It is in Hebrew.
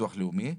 מביטוח לאומי.